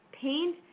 Paint